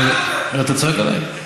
תביא לי אותם.